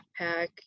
backpack